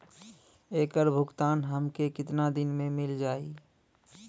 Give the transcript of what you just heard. ऐकर भुगतान हमके कितना दिन में मील जाई?